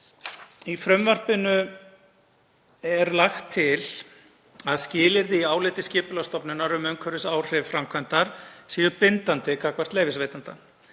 Í frumvarpinu er lagt til að skilyrði í áliti Skipulagsstofnunar um umhverfisáhrif framkvæmdar séu bindandi gagnvart leyfisveitanda.